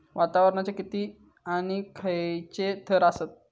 वातावरणाचे किती आणि खैयचे थर आसत?